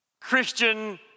Christian